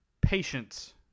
patience